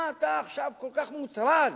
מה אתה עכשיו כל כך מוטרד